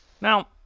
Now